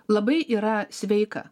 labai yra sveika